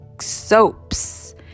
soaps